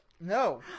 No